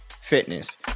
fitness